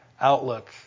Outlook